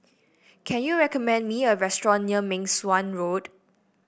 can you recommend me a restaurant near Meng Suan Road